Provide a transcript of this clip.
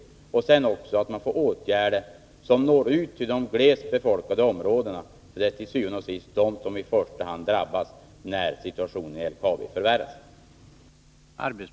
Sedan måste man också sätta in åtgärder som når ut till de glest befolkade områdena, för det är til syvende og sidst de som i första hand drabbas när situationen i LKAB förvärras.